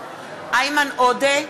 איימן עודה,